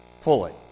fully